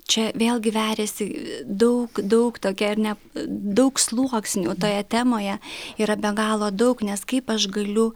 čia vėlgi veriasi daug daug tokia ar ne daug sluoksnių toje temoje yra be galo daug nes kaip aš galiu